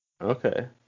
Okay